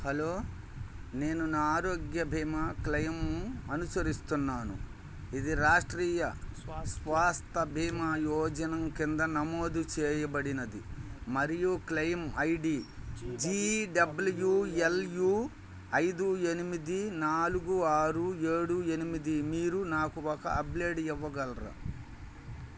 hello నేను నా ఆరోగ్య బీమా క్లెయిమ్ అనుసరిస్తున్నాను ఇది రాష్ట్రీయ స్వాస్థ్య బీమా యోజన కింద నమోదు చేయబడినది మరియు claim I D G W L U ఐదు ఎనిమిది నాలుగు ఆరు ఏడు ఎనిమిది మీరు నాకు ఒక అప్డేట్ ఇవ్వగలరా